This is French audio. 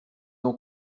ont